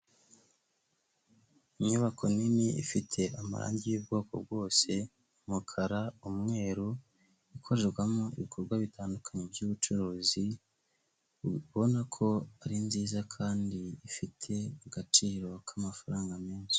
Inyubako nini ifite amarange y'ubwoko bwose, umukara, umweru, ikorerwamo ibikorwa bitandukanye by'ubucuruzi, ubona ko ari nziza kandi ifite agaciro k'amafaranga menshi.